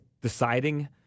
deciding